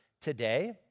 today